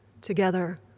together